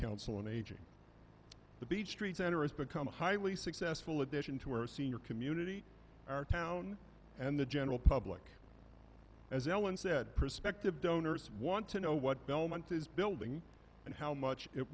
council an aging the beach streets and has become a highly successful addition to our senior community our town and the general public as ellen said perspective donors want to know what belmont is building and how much it